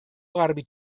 garbi